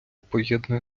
поєднує